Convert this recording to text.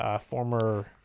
former